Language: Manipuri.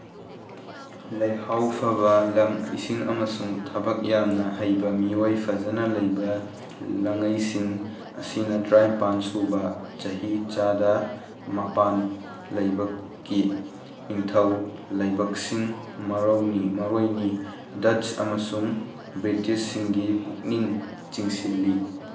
ꯂꯩꯍꯥꯎ ꯐꯕ ꯂꯝ ꯏꯁꯤꯡ ꯑꯃꯁꯨꯡ ꯊꯕꯛ ꯌꯥꯝꯅ ꯍꯩꯕ ꯃꯤꯑꯣꯏ ꯐꯖꯅ ꯂꯩꯕ ꯂꯉꯩꯁꯤꯡ ꯑꯁꯤꯅ ꯇꯔꯥꯅꯤꯄꯥꯜ ꯁꯨꯕ ꯆꯍꯤ ꯆꯥꯗ ꯃꯄꯥꯟ ꯂꯩꯕꯥꯛꯀꯤ ꯅꯤꯡꯊꯧ ꯂꯩꯕꯛꯁꯤꯡ ꯃꯔꯣꯏꯅꯤ ꯗꯠꯁ ꯑꯃꯁꯨꯡ ꯕ꯭ꯔꯤꯇꯤꯁꯁꯤꯡꯒꯤ ꯄꯨꯛꯅꯤꯡ ꯆꯤꯡꯁꯤꯜꯂꯤ